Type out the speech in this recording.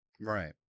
Right